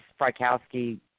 Frykowski